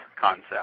concept